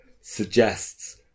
suggests